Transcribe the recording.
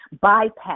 bypass